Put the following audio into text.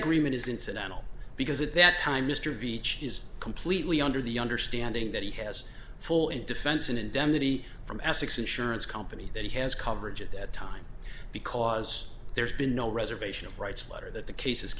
agreement is incidental because at that time mr veatch is completely under the understanding that he has full and defense an indemnity from essex insurance company that he has coverage at that time because there's been no reservation of rights letter that the cases